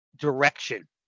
direction